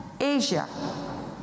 Asia